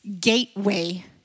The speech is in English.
gateway